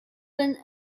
been